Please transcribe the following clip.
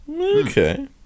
Okay